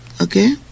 Okay